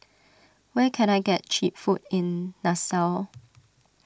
where can I get Cheap Food in Nassau